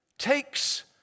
takes